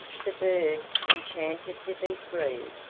the bird, enchanted to be free,